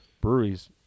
breweries